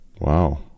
Wow